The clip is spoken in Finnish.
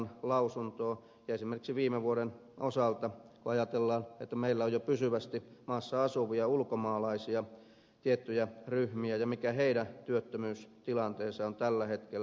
ja katsotaan esimerkiksi viime vuoden osalta kun meillä on jo tiettyjä pysyvästi maassa asuvia ulkomaalaisia ryhmiä että mikä niiden työttömyystilanne on tällä hetkellä